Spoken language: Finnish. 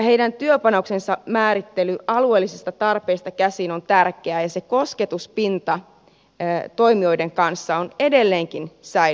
heidän työpanoksensa määrittely alueellisista tarpeista käsin on tärkeää ja se kosketuspinta toimijoiden kanssa on edelleenkin säilytettävä